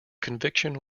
conviction